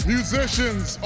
Musicians